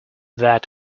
that